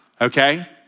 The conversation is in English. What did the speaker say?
okay